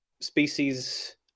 species